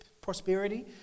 prosperity